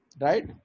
right